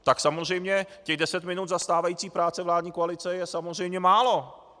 Tak těch deset minut za stávající práce vládní koalice je samozřejmě málo!